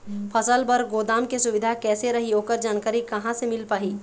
फसल बर गोदाम के सुविधा कैसे रही ओकर जानकारी कहा से मिल पाही?